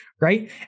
right